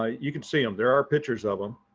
ah you can see them there are pictures of them.